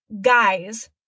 guys